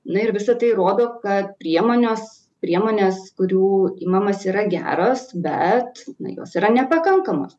na ir visa tai rodo kad priemonės priemonės kurių imamasi yra geros bet jos yra nepakankamos